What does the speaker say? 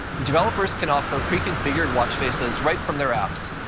developers can offer preconfigured watch faces right from their apps.